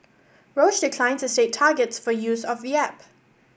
Roche declined to state targets for use of the app